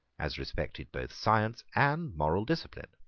as respected both science and moral discipline.